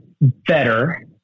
Better